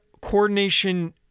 coordination